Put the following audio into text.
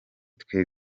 twe